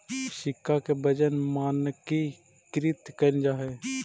सिक्का के वजन मानकीकृत कैल जा हई